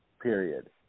period